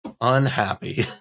Unhappy